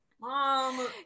Mom